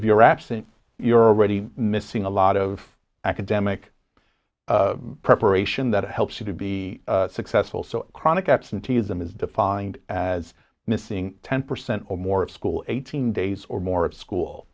if you're absent you're already missing a lot of academic preparation that helps you to be successful so chronic absenteeism is defined as missing ten percent or more of school eighteen days or more of school